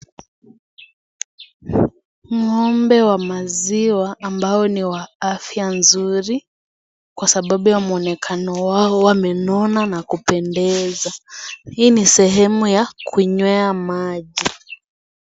Ng'ombe wa maziwa ambao ni wa afya nzuri kwa sababu ya muonekao wao wamenona na kupendeza, hii ni sehemu ya kunywea maji.